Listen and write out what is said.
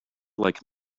like